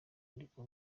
ariko